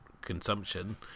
consumption